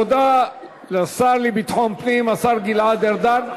תודה לשר לביטחון פנים, השר גלעדן ארדן.